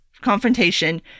confrontation